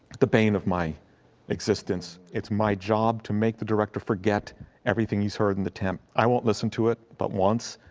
the bane of my existence it's my job to make the director forget everything he's heard in the temp, i won't listen to it but once,